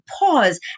pause